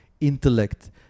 intellect